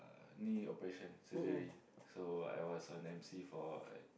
uh knee operation surgery so I was on m_c for like